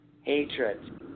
Hatred